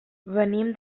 venim